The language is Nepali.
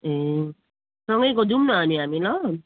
ए सँगै जाउँ न अनि हामी ल